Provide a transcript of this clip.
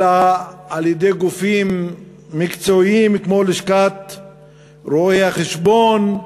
אלא גופים מקצועיים כמו לשכת רואי-החשבון,